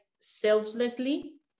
selflessly